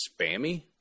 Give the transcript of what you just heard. spammy